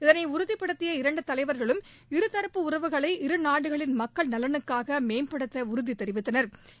இதனை உறுதிப்படுத்திய இரண்டு தலைவர்களும் இருதரப்பு உறவுகளை இருநாடுகளின் மக்கள் நலனுக்காக மேம்படுத்த உறுதி தெரிவித்தனா்